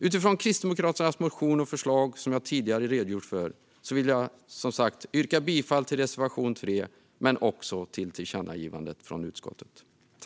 Utifrån Kristdemokraternas motion och förslag, som jag tidigare redogjort för, vill jag som sagt yrka bifall till reservation 3, men jag vill också yrka bifall till tillkännagivandet från utskottet.